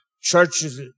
churches